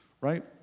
right